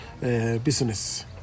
business